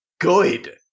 good